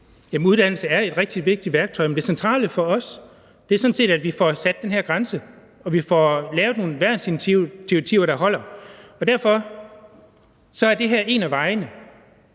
Uddannelse er et rigtig vigtigt værktøj, men det centrale for os er, at vi får sat den her grænse, og at vi får lavet nogle værnsinitiativer, der holder. Derfor er det her en af vejene,